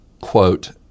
quote